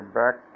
back